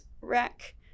rack